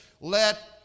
Let